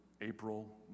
April